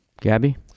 Gabby